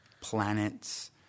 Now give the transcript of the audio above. planets